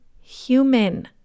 human